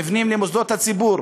מבנים למוסדות הציבור.